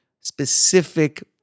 specific